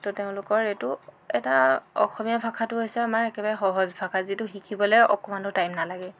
তো তেওঁলোকৰ এইটো এটা অসমীয়া ভাষাটো হৈছে আমাৰ একেবাৰে সহজ ভাষা যিটো শিকিবলৈ অকণমানো টাইম নালাগে